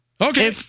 Okay